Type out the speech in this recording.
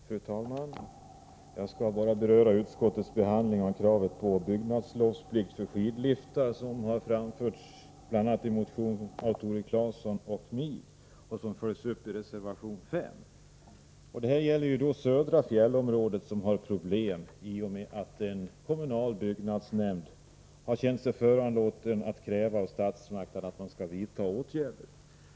Fru talman! Jag skall bara beröra utskottets behandling av kravet på byggnadslovsplikt för skidliftar, som har framförts i bl.a. en motion av Tore Claeson och mig och som följs upp i reservation 5. Det gäller södra fjällområdet, där man har sådana problem att en kommunal byggnadsnämnd har känt sig föranlåten att kräva att statsmakterna skall vidta åtgärder.